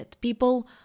People